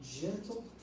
gentle